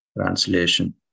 Translation